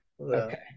Okay